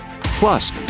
Plus